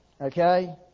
Okay